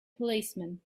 policeman